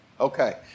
Okay